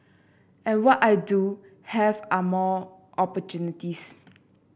and what I do have are more opportunities